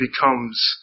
becomes